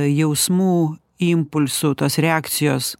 jausmų impulsų tos reakcijos